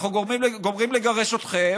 אנחנו גומרים לגרש אתכם,